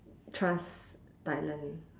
trust thailand